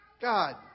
God